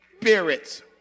spirits